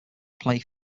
play